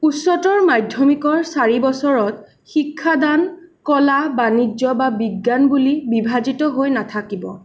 উচ্চতৰ মাধ্য়মিকৰ চাৰি বছৰত শিক্ষা দান কলা বাণিজ্য বা বিজ্ঞান বুলি বিভাজিত হৈ নাথাকিব